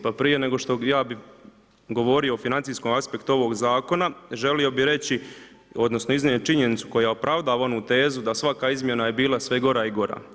Pa prije nego što bih ja govorio o financijskom aspektu ovog zakona, želio bih reći, odnosno iznio činjenicu koja opravdava onu tezu da svaka izmjena je bila sve gora i gora.